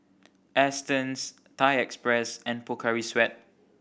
Astons Thai Express and Pocari Sweat